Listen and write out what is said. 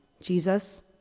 Jesus